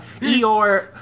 Eeyore